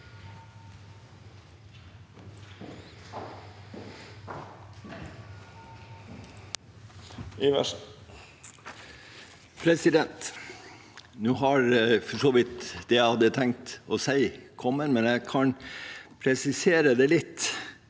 Nå har for så vidt det jeg hadde tenkt å si, kommet, men jeg kan presisere det litt.